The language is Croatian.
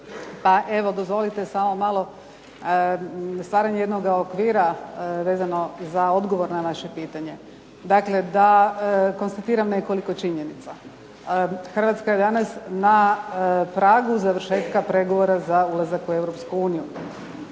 pa dozvolite samo malo stvaranje jednoga okvira vezano za odgovor na vaše pitanje. Dakle, da konstatiram nekoliko činjenica. Hrvatska je danas na pragu završetka pregovora za ulazak u